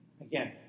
Again